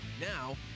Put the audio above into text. Now